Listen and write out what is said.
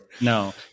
No